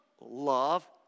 love